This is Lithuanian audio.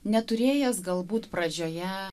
neturėjęs galbūt pradžioje